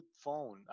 phone